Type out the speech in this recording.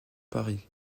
paris